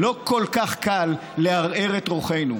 לא כל כך קל לערער את רוחנו.